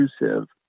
intrusive